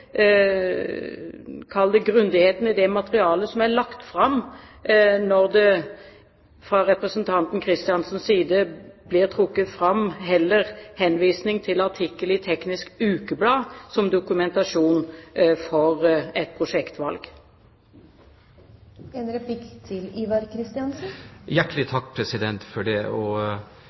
det – grundigheten i det materialet som er lagt fram, når representanten Kristiansen henviser til en artikkel i Teknisk Ukeblad som dokumentasjon for et prosjektvalg. Man er dessverre nødt til,